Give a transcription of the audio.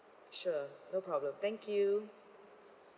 sure no problem thank you